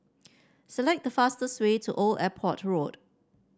select the fastest way to Old Airport Road